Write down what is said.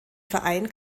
verein